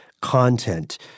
content